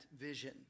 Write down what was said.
vision